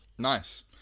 nice